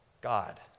God